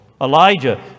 Elijah